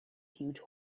huge